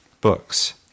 books